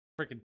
Freaking